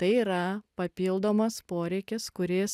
tai yra papildomas poreikis kuris